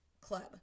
club